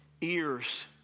ears